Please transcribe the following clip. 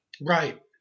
Right